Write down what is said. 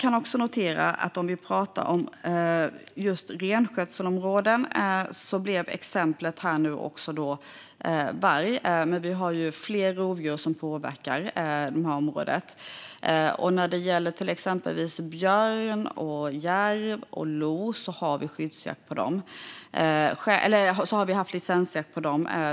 När vi talar om renskötselområden blev exemplet här varg, men det finns ju fler rovdjur som påverkar det här området. När det gäller exempelvis björn, järv och lo har vi de senaste åren haft licensjakt.